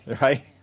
Right